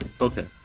Okay